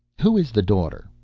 who is the daughter?